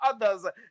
others